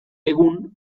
egun